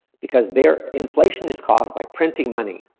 because their inflation is caused by printing money.